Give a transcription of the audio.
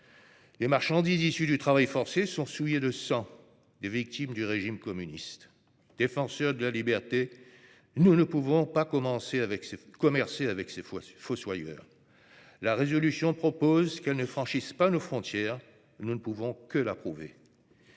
Les marchandises issues du travail forcé sont souillées du sang des victimes du régime communiste. Défenseurs de la liberté, nous ne pouvons pas commercer avec ses fossoyeurs. La résolution propose que ces biens ne franchissent pas nos frontières ; nous ne pouvons que l'approuver.